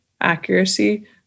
accuracy